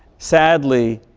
sadly,